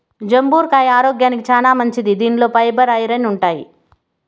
జంబూర కాయ ఆరోగ్యానికి చానా మంచిది దీనిలో ఫైబర్, ఐరన్ ఉంటాయి